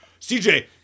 CJ